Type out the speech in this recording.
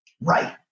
Right